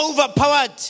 overpowered